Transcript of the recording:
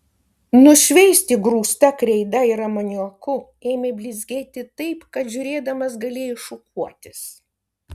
nušveisti grūsta kreida ir amoniaku ėmė blizgėti taip kad žiūrėdamas galėjai šukuotis